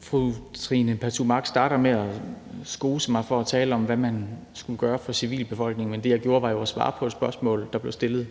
Fru Trine Pertou Mach starter med at skose mig for at tale om, hvad man skulle gøre for civilbefolkningen, men det, jeg gjorde, var jo at svare på et spørgsmål, der blev stillet